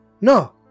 No